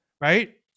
right